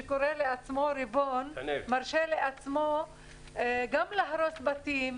שקורא לעצמו ריבון מרשה לעצמו גם להרוס בתים,